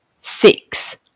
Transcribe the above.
Six